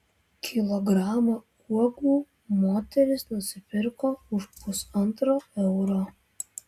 kilogramą uogų moteris nusipirko už pusantro euro